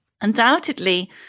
Undoubtedly